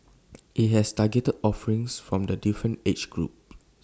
IT has targeted offerings from the different age group